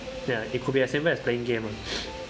ya it could be as simple as playing games ah